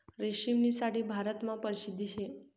रेशीमनी साडी भारतमा परशिद्ध शे